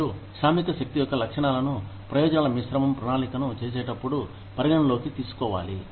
మరియు శ్రామిక శక్తి యొక్క లక్షణాలను ప్రయోజనాల మిశ్రమం ప్రణాళికను చేసేటప్పుడు పరిగణలోకి తీసుకోవాలి